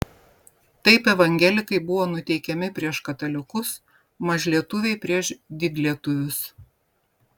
taip evangelikai buvo nuteikiami prieš katalikus mažlietuviai prieš didlietuvius